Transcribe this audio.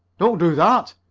don't do that!